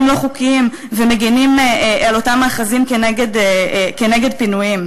לא-חוקיים ומגינים על אותם מאחזים כנגד פינויים.